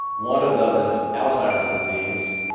one of them is alzheimer's disease,